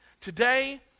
today